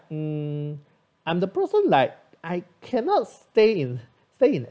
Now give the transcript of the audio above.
um I'm the person like I cannot stay in stay in